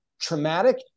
traumatic